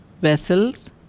vessels